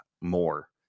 more